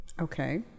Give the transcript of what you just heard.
Okay